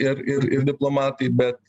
ir ir ir diplomatai bet